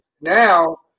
now